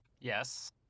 Yes